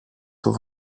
του